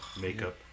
makeup